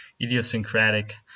idiosyncratic